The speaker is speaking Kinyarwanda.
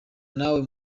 nawe